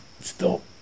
Stop